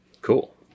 Cool